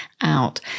out